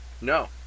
No